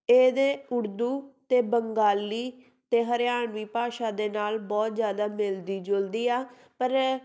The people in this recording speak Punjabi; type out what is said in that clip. ਇਹਦੇ ਉਰਦੂ ਅਤੇ ਬੰਗਾਲੀ ਅਤੇ ਹਰਿਆਣਵੀ ਭਾਸ਼ਾ ਦੇ ਨਾਲ ਬਹੁਤ ਜ਼ਿਆਦਾ ਮਿਲਦੀ ਜੁਲਦੀ ਆ ਪਰ